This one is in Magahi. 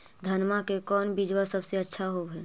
धनमा के कौन बिजबा सबसे अच्छा होव है?